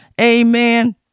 Amen